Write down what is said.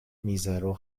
mizero